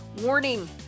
Warning